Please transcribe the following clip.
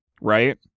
right